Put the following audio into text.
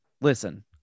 Listen